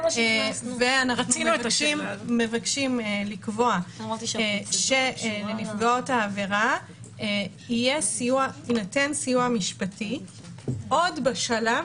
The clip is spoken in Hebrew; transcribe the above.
אנחנו מבקשים לקבוע שלנפגעות העבירה יינתן סיוע משפטי עוד בשלב